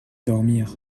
dormir